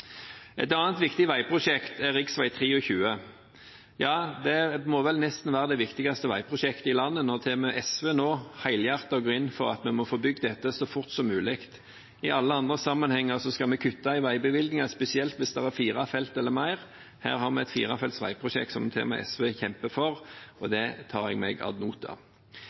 Et annet viktig veiprosjekt er rv. 23. Ja, det må vel nesten være det viktigste veiprosjektet i landet når til og med SV nå helhjertet går inn for at vi må få bygd dette så fort som mulig. I alle andre sammenhenger skal vi kutte i veibevilgningene, spesielt hvis det er fire felt eller mer. Her er det et firefelts veiprosjekt som til og med SV kjemper for – og det tar jeg ad